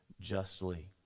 justly